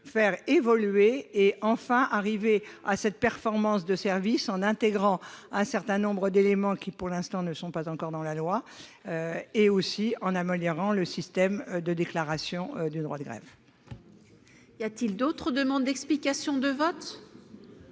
faire évoluer et enfin arrivé à cette performance de service en intégrant un certain nombre d'éléments qui, pour l'instant ne sont pas encore dans la loi, et aussi en Molière en le système de déclaration du droit de grève. Y a-t-il d'autre demande d'explications de vote.